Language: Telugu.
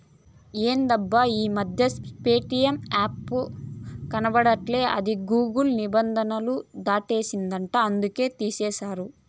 ఎందబ్బా ఈ మధ్యన ప్యేటియం యాపే కనబడట్లా అది గూగుల్ నిబంధనలు దాటేసిందంట అందుకనే తీసేశారు